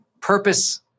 Purpose